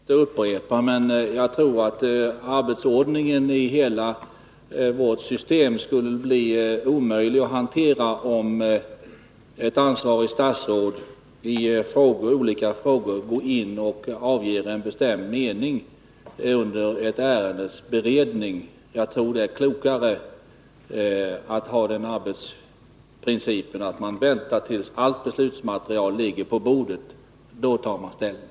Herr talman! Det är kanske onödigt att upprepa, men jag tror att arbetsordningen i hela vårt system blir omöjlig att hantera om ett ansvarigt statsråd i olika frågor går in och avger en bestämd mening under ett ärendes beredning. Jag tror det är klokare att ha den arbetsprincipen att man väntar tills allt beslutsmaterial ligger på bordet — då tar man ställning.